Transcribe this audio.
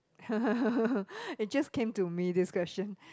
it just came to me this question